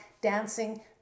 dancing